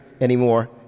anymore